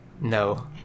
No